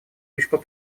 лишь